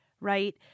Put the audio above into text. right